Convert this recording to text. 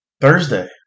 Thursday